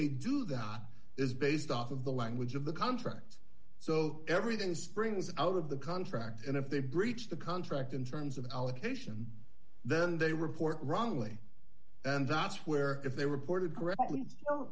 they do the hot is based off of the language of the contract so everything springs out of the contract and if they breach the contract in terms of allocation then they report wrongly and that's where if they reported correctly